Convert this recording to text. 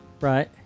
Right